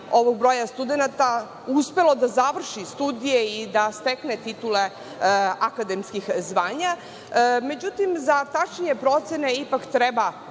ovog broja studenata uspela da završi studije i da stekne titule akademskih zvanja. Međutim, za tačnije procene ipak treba